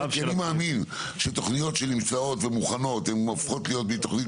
כי אני מאמין שתוכניות שנמצאות ומוכנות הן הופכות להיות מתוכנית